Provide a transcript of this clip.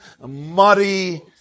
muddy